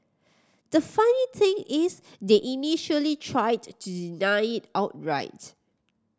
the funny thing is they initially tried to deny it outright